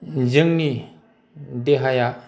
जोंनि देहाया